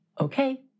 Okay